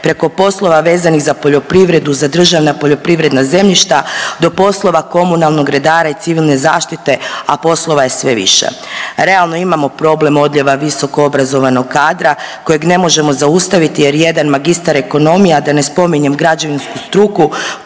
preko poslova vezanih za poljoprivredu za državna poljoprivredna zemljišta do poslova komunalnog redara i civilne zaštite, a poslova je sve više. Realno imao problem odljeva visokoobrazovanog kadra kojeg ne možemo zaustaviti jer jedan magistar ekonomije, a da ne spominjem građevinsku struku